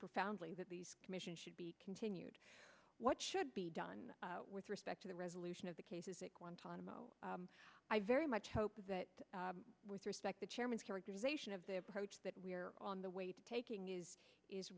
profoundly that these commissions should be continued what should be done with respect to the resolution of the cases that guantanamo i very much hope that with respect the chairman's characterization of their approach that we are on the way to taking it is